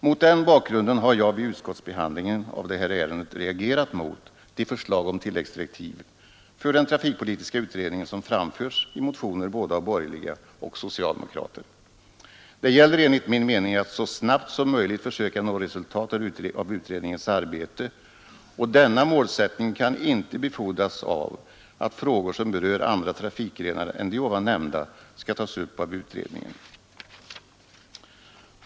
Mot denna bakgrund har jag vid utskottsbehandlingen av detta ärende reagerat mot de förslag om tilläggsdirektiv för trafikpolitiska utredningen som framförts i motioner av både borgerliga och socialdemokrater. Enligt min mening gäller det att så snabbt som möjligt försöka nå resultat av utredningens arbete, och den målsättningen kan inte befordras av att frågor som berör andra trafikgrenar än de nämnda skall tas upp av utredningen.